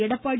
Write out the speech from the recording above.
Edappadi